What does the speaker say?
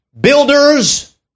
builders